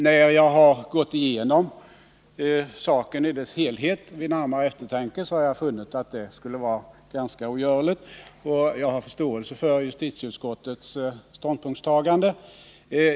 När jag har gått igenom saken i dess helhet, har jag vid närmare eftertanke funnit att det skulle vara ganska ogörligt. Jag har förståelse för justitieutskottets ståndpunktstagande.